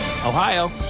Ohio